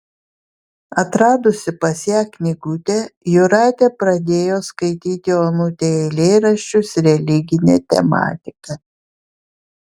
atradusi pas ją knygutę jūratė pradėjo skaityti onutei eilėraščius religine tematika